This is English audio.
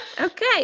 okay